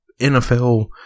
NFL